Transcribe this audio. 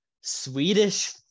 Swedish